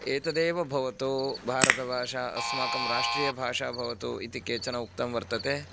एतदेव भवतु भारतभाषा अस्माकं राष्ट्रीया भाषा भवतु इति केचन उक्तं वर्तते